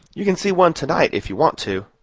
you can see one to-night if you want to.